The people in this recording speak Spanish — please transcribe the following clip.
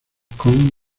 con